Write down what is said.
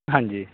ਹਾਂਜੀ